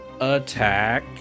attack